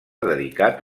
dedicat